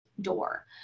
door